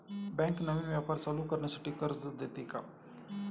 Bank नवीन व्यापार चालू करण्यासाठी कर्ज देते का?